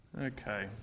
okay